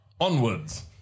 Onwards